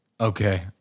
Okay